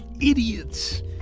idiots